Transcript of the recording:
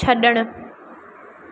छड॒ण